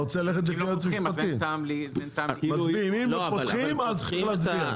אם לא פותחים, צריך להצביע.